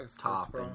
top